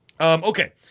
Okay